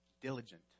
diligent